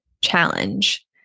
challenge